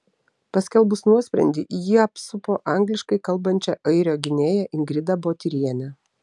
paskelbus nuosprendį jie apsupo angliškai kalbančią airio gynėją ingrida botyrienę